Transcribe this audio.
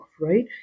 right